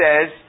says